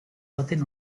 baten